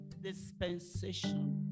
dispensation